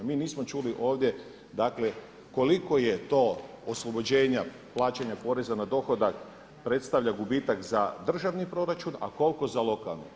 Mi nismo čuli ovdje koliko je to oslobođenja plaćanja poreza na dohodak predstavlja gubitak za državni proračun, a koliko za lokalni.